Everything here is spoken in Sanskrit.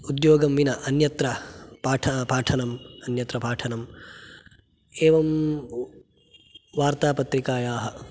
उद्योगं विना अन्यत्र पाठ पाठनम् अन्यत्र पाठनम् एवं वार्तापत्रिकायाः